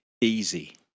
easy